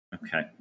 Okay